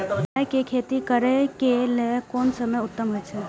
राय के खेती करे के लेल कोन समय उत्तम हुए छला?